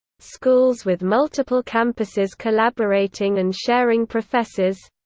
schools with multiple campuses collaborating and sharing professors